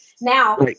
Now